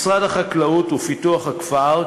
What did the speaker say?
משרד החקלאות ופיתוח הכפר,